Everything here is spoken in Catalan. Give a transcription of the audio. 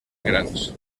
grans